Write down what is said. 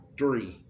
three